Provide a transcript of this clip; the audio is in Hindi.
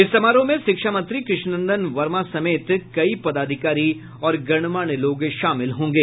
इस समारोह में शिक्षा मंत्री कृष्णनंदन वर्मा समेत कई पदाधिकारी और गणमान्य लोग शामिल होंगे